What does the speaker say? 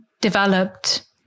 developed